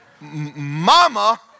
Mama